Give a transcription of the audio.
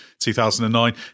2009